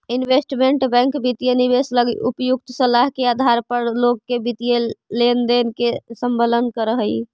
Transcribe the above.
investment bank वित्तीय निवेश लगी उपयुक्त सलाह के आधार पर लोग के वित्तीय लेनदेन में संलग्न करऽ हइ